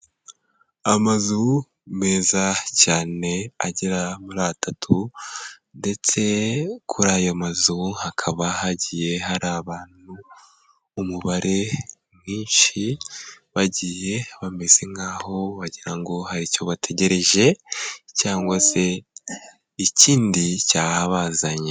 Amazu meza cyane agera muri atatu, ndetse kuri ayo mazu hakaba hagiye hari abantu, umubare mwinshi bagiye bameze nk'aho wagira ngo hari icyo bategereje, cyangwa se ikindi cyahabazanye.